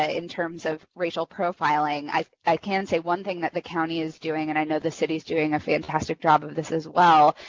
ah in terms of racial profiling, i i can say one thing that the county is doing, and i know the city's doing fantastic job of this as well,